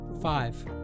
Five